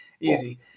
easy